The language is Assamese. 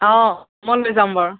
অঁ মই লৈ যাম বাৰু